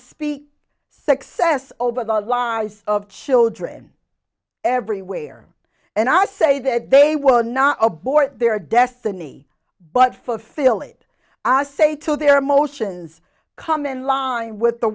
speak success over the lives of children everywhere and i say that they will not abort their destiny but fulfill it i say to their motions come in line with the